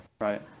Right